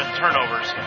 turnovers